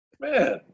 Man